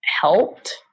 helped